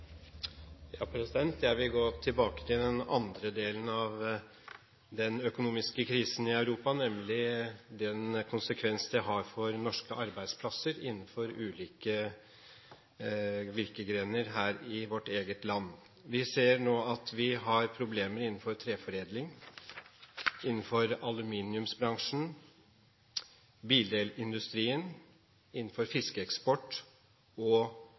Jeg vil gå tilbake til den andre delen av den økonomiske krisen i Europa, nemlig den konsekvens det har for norske arbeidsplasser innenfor ulike virkegrener her i vårt eget land. Vi ser nå at vi har problemer innenfor treforedling, innenfor aluminiumsbransjen, i bildelindustrien, innenfor fiskeeksport og